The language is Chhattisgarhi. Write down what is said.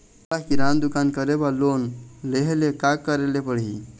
मोला किराना दुकान करे बर लोन लेहेले का करेले पड़ही?